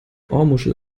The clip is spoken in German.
ohrmuschel